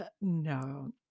no